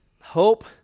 hope